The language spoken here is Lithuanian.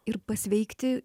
ir pasveikti